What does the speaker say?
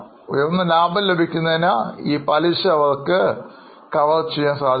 ഉയർന്ന ലാഭം ലഭിക്കുന്നതിനാൽ ഈ പലിശ അവർക്ക് കവർ ചെയ്യാൻ സാധിക്കും